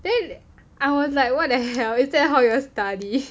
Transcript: then I was like what the hell is that how y'all study